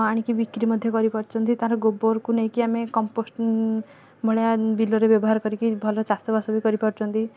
ଆଣିକି ବିକ୍ରି ମଧ୍ୟ କରିପାରୁଛନ୍ତି ତାର ଗୋବରକୁ ନେଇକି ଆମେ କମ୍ପୋଷ୍ଟ୍ ଭଳିଆ ବିଲରେ ବ୍ୟବହାର କରିକି ଭଲ ଚାଷବାସ ବି କରିପାରୁଛନ୍ତି